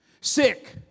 Sick